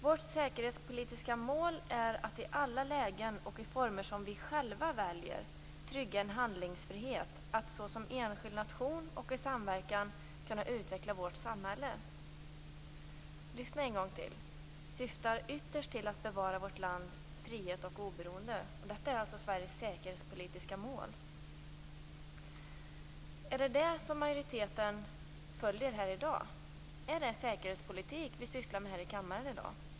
Vårt säkerhetspolitiska mål är att i alla lägen och i former som vi själva väljer trygga en handlingsfrihet att såsom enskild nation och i samverkan kunna utveckla vårt samhälle. Lyssna en gång till: Syftar ytterst till att bevara vårt lands frihet och oberoende. Detta är alltså Sveriges säkerhetspolitiska mål. Är det det som majoriteten följer i dag? Är det säkerhetspolitik vi sysslar med i kammaren i dag?